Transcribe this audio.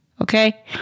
Okay